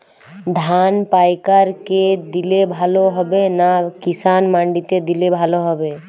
ধান পাইকার কে দিলে ভালো হবে না কিষান মন্ডিতে দিলে ভালো হবে?